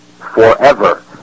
forever